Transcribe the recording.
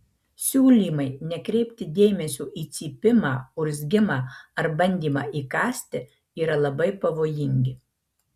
siūlymai nekreipti dėmesio į cypimą urzgimą ar bandymą įkąsti yra labai pavojingi